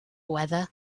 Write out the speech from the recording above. brother